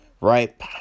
right